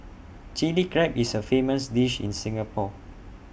Chilli Crab is A famous dish in Singapore